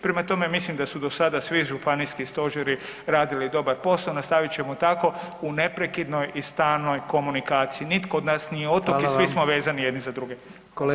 Prema tome, mislim da su do sada svi županijski stožeri radili dobar posao, nastavit ćemo tako u neprekidnoj i stalnoj komunikaciji, nitko od nas nije otok [[Upadica: Hvala vam]] i svi smo vezani jedni za druge.